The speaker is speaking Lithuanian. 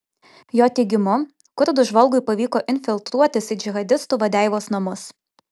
jo teigimu kurdų žvalgui pavyko infiltruotis į džihadistų vadeivos namus